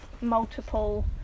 multiple